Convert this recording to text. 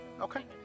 Okay